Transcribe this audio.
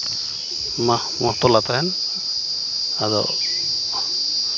ᱢᱟ ᱢᱟᱛᱚᱞᱟ ᱛᱟᱦᱮᱱ ᱟᱫᱚ